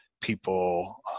people